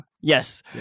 Yes